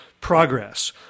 progress